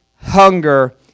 hunger